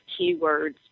keywords